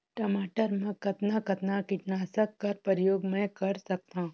टमाटर म कतना कतना कीटनाशक कर प्रयोग मै कर सकथव?